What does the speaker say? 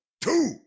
two